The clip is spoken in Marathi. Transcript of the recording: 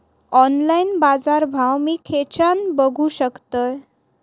ऑनलाइन बाजारभाव मी खेच्यान बघू शकतय?